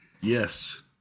Yes